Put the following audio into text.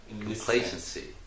complacency